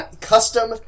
custom